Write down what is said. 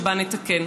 שנתקן.